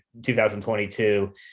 2022